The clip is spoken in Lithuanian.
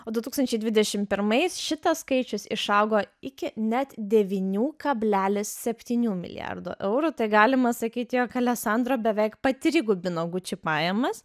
o du tūkstančiai dvidešim pirmais šitas skaičius išaugo iki net devynių kablelis septynių milijardo eurų tai galima sakyti jog aleksandro beveik patrigubino gucci pajamas